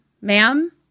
Ma'am